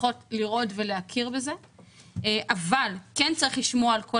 צריכות לראות ולהכיר בזה אבל כן צריך לשמוע על כל